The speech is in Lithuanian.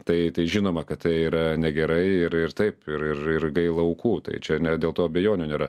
tai tai žinoma kad tai yra negerai ir ir taip ir ir ir gaila aukų tai čia ne dėl to abejonių nėra